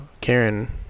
Karen